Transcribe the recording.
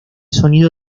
sonido